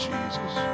Jesus